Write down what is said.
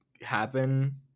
happen